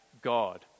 God